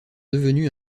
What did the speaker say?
devenus